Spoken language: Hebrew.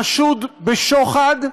חשוד בשוחד,